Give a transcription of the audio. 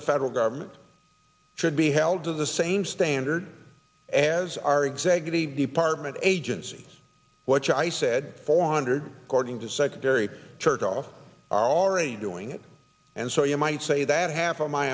the federal government should be held to the same standard as our executive department agencies which i said four hundred according to secretary chertoff are already doing it and so you might say that half of my